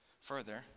Further